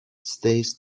stays